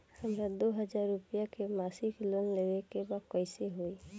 हमरा दो हज़ार रुपया के मासिक लोन लेवे के बा कइसे होई?